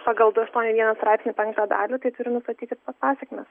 pagal du aštuoni vienas straipsnio penktą dalį tai turi nustatyti pasekmes